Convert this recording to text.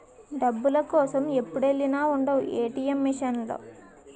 డబ్బుల కోసం ఎప్పుడెల్లినా ఉండవు ఏ.టి.ఎం మిసన్ లో